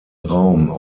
raum